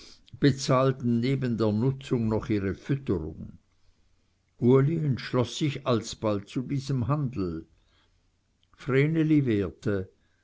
bezahlten neben der nutzung noch ihre fütterung uli entschloß sich alsbald zu diesem handel vreneli wehrte